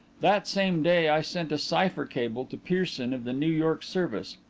that same day i sent a cipher cable to pierson of the new york service.